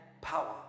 power